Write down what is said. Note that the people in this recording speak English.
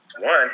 one